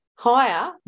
higher